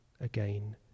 again